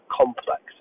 complex